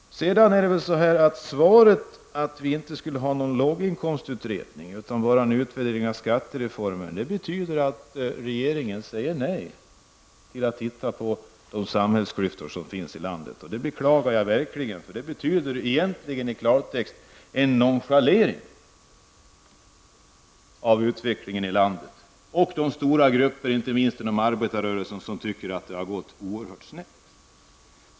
Beskedet att det inte skulle tillsättas någon låginkomstutredning utan att det bara skulle ske en utvärdering av skattereformens effekter innebär att regeringen inte vill se på de klyftor som finns i samhället. Det är verkligen beklagligt. I klartext är detta ett nonchalerande av utvecklingen i landet och av de stora grupper, inte minst inom arbetarrörelsen, som tycker att det har gått oerhört snett.